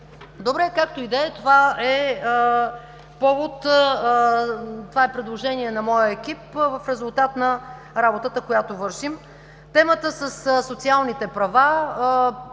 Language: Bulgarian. Добре, както и да е. Това е предложение на моя екип в резултат на работата, която вършим. Темата със социалните права